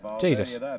Jesus